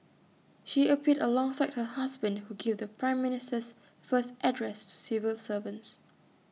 she appeared alongside her husband who gave the prime Minister's first address to civil servants